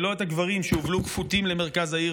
ולא על הגברים שהובלו כפותים למרכז העיר